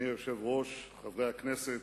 אדוני היושב-ראש, חברי הכנסת,